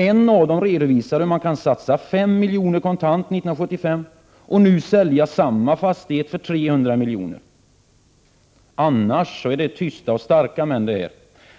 En av dem redovisar hur man kan satsa 5 milj.kr. kontant 1975 och nu sälja samma fastighet för 300 milj.kr. Annars är det tysta och starka män,